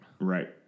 Right